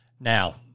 Now